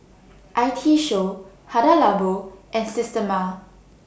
I T Show Hada Labo and Systema